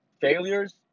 failures